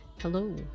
hello